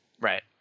Right